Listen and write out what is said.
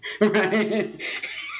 Right